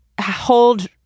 hold